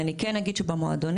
אני כן אגיד שבמועדונים,